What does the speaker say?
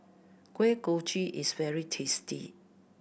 Kuih Kochi is very tasty